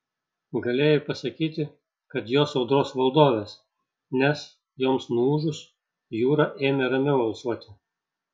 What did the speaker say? galėjai pasakyti kad jos audros valdovės nes joms nuūžus jūra ėmė ramiau alsuoti